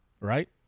Right